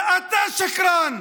אתה שקרן.